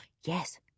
Yes